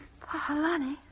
Pahalani